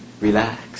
relax